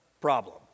problem